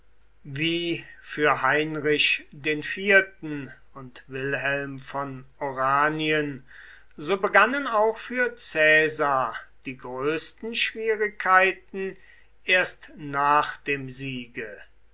wie für heinrich iv und wilhelm von oranien so begannen auch für caesar die größten schwierigkeiten erst nach dem siege